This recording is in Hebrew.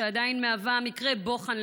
שעדיין מהווה מקרה בוחן,